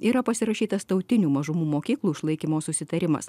yra pasirašytas tautinių mažumų mokyklų išlaikymo susitarimas